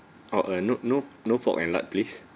oh uh nope nope no pork and lard please